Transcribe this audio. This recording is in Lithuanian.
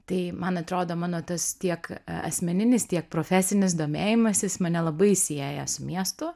tai man atrodo mano tas tiek asmeninis tiek profesinis domėjimasis mane labai sieja su miestu